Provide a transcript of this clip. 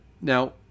Now